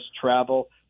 travel